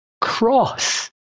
cross